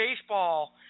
baseball